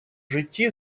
житті